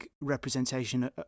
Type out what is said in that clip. representation